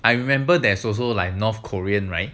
I remember there's also like north korean right